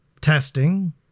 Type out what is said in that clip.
testing